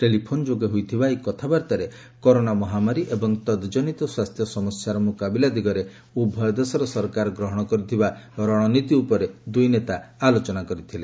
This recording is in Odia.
ଟେଲିଫୋନ ଯୋଗେ ହୋଇଥିବା ଏହି କଥାବାର୍ତ୍ତାରେ କରୋନା ମହାମାରୀ ଏବଂ ତଦ୍କନିତ ସ୍ୱାସ୍ଥ୍ୟ ସମସ୍ୟାର ମୁକାବିଲା ଦିଗରେ ଉଭୟ ଦେଶର ସରକାର ଗ୍ରହଣ କରିଥିବା ରଣନୀତି ଉପରେ ଦୁଇ ନେତା ଆଲୋଚନା କରିଥିଲେ